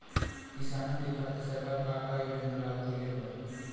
किसानन के खातिर सरकार का का योजना लागू कईले बा?